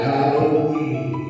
Halloween